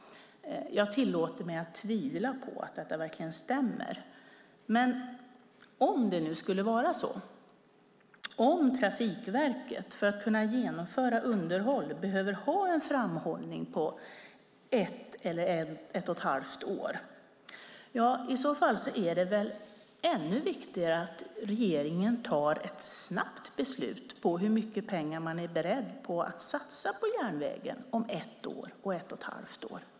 Jag tillåter mig att tvivla på att detta verkligen stämmer. Men om det nu skulle vara så, om Trafikverket för att kunna genomföra underhåll behöver ha en framförhållning på ett eller ett och ett halvt år, är det väl ännu viktigare att regeringen tar ett snabbt beslut om hur mycket pengar man är beredd att satsa på järnvägen om ett år och ett och ett halvt år.